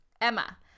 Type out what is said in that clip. Emma